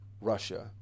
Russia